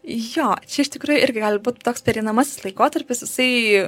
jo čia iš tikrųjų irgi gali būt toks pereinamasis laikotarpis jisai